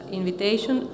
invitation